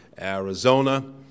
Arizona